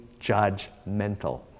judgmental